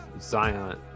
zion